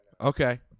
Okay